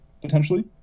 potentially